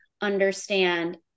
understand